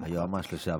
היועמ"ש לשעבר.